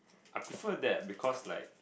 I prefer that because like